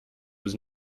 was